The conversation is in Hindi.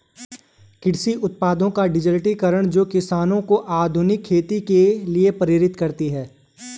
कृषि उत्पादों का डिजिटलीकरण जो किसानों को आधुनिक खेती के लिए प्रेरित करते है